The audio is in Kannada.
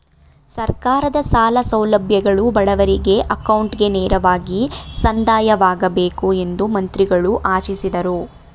ಸರ್ಕಾರದ ಸಾಲ ಸೌಲಭ್ಯಗಳು ಬಡವರಿಗೆ ಅಕೌಂಟ್ಗೆ ನೇರವಾಗಿ ಸಂದಾಯವಾಗಬೇಕು ಎಂದು ಮಂತ್ರಿಗಳು ಆಶಿಸಿದರು